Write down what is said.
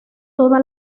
toda